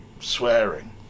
swearing